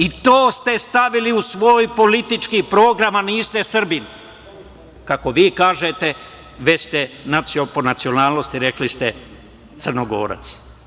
I to ste stavili u svoj politički program, a niste Srbin, kako vi kažete, već ste po nacionalnosti, rekli ste, Crnogorac.